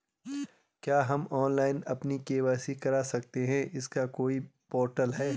क्या हम ऑनलाइन अपनी के.वाई.सी करा सकते हैं इसका कोई पोर्टल है?